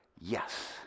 yes